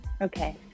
Okay